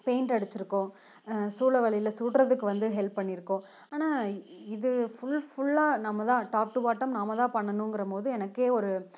paint அடிச்சுருக்கோம் சூழ வலையில் சுடுறதுக்கு வந்து ஹெல்ப் பண்ணிருக்கோம் ஆனால் இது ஃபுல் ஃபுல்லாக நம்ம தான் டாப் டூ பாட்டம் நாம் தான் பண்ணனுங்கிற போது எனக்கு ஒரு